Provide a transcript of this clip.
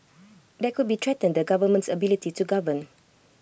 that could be threaten the government's ability to govern